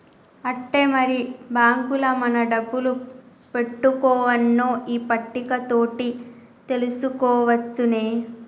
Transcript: ఆట్టే మరి బాంకుల మన డబ్బులు పెట్టుకోవన్నో ఈ పట్టిక తోటి తెలుసుకోవచ్చునే